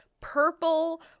purple